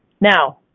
Now